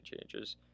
changes